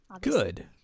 Good